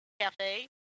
Cafe